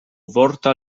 vorta